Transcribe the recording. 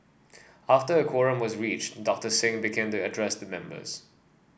after a quorum was reached Doctor Singh began to address the members